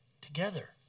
together